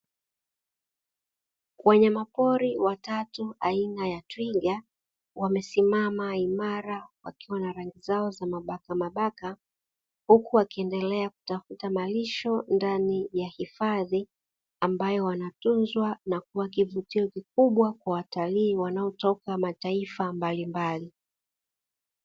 Wanyamapori watatu aina ya twiga wamesimama imara wakiwa na rangi zao za mabakamabaka, huku wakiendelea kutafuta malisho ndani ya hifadhi ambayo wanatunzwa, na kuwa kivutio kikubwa kwa watalii wanaotoka mataifa mbalimbali.